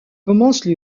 commence